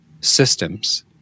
systems